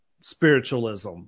spiritualism